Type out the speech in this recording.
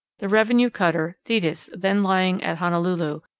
the revenue cutter thetis, then lying at honolulu,